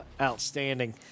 outstanding